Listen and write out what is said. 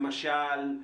למשל,